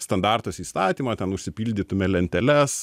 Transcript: standartus įstatymą ten užsipildytume lenteles